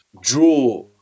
draw